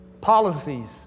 Policies